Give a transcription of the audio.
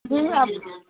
जी आप